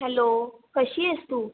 hello कशी आहेस तू